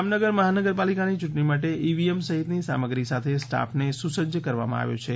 જામનગર મહાનગરપાલિકાની યૂંટણી માટે ઇવીએમ સહિતની સામગ્રી સાથે સ્ટાફને સુસજ્જ કરવામાં આવ્યો છે